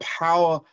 power